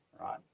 right